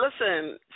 listen